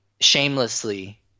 shamelessly